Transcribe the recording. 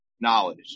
knowledge